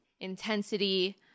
intensity